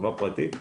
חברה פרטית,